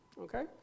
Okay